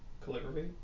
Calligraphy